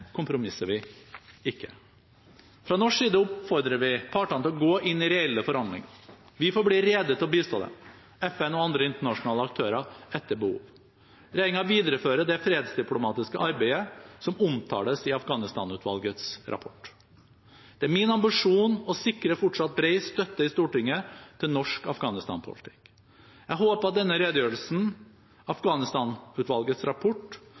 kompromisser vi ikke. Fra norsk side oppfordrer vi partene til å gå inn i reelle forhandlinger. Vi forblir rede til å bistå dem, FN og andre internasjonale aktører etter behov. Regjeringen viderefører det fredsdiplomatiske arbeidet som omtales i Afghanistan-utvalgets rapport. Det er min ambisjon å sikre fortsatt bred støtte i Stortinget til norsk Afghanistan-politikk. Jeg håper at denne redegjørelsen, Afghanistan-utvalgets rapport